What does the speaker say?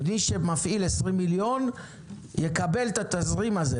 מי שמפעיל 20 מיליון יקבל את התזרים הזה.